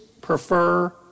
Prefer